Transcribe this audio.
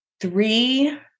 Three